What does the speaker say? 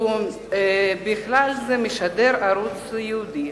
ובכלל זה משדר ערוץ ייעודי.